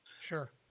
Sure